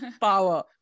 power